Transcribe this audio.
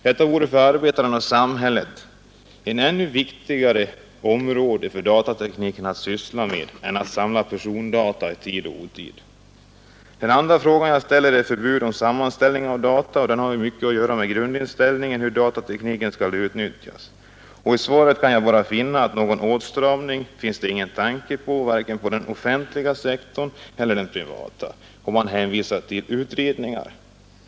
Detta vore för arbetarna och samhället ett ännu viktigare område för datatekniken att syssla med än att samla perondata i tid och otid. Den andra frågan jag ställde gäller förbud för sammanställning av data, och den har mycket att göra med grundinställningen till hur datatekniken skall utnyttjas. Av svaret kan jag bara finna att någon åtstramning finns det ingen tanke på, vare sig på den offentliga sektorn eller den privata, och det hänvisas till utredningar.